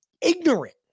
ignorant